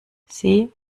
sie